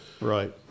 Right